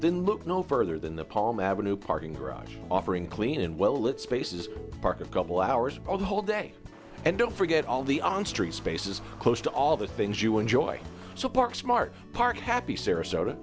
then look no further than the palm avenue parking garage offering clean and well lit spaces park a couple hours on the whole day and don't forget all the on street spaces close to all the things you enjoy so park smart park happy sarasota